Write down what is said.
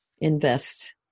invest